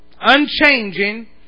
unchanging